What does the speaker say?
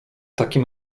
takim